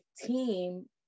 team